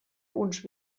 uns